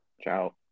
Ciao